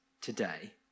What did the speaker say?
today